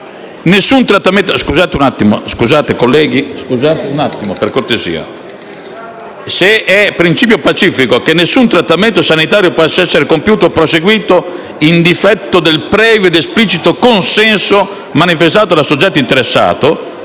nessun trattamento sanitario possa essere compiuto o proseguito in difetto del previo ed esplicito consenso manifestato dal soggetto interessato,